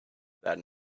that